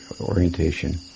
orientation